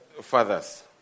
fathers